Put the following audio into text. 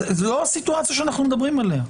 זאת לא הסיטואציה שאנחנו מדברים עליה.